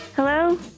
Hello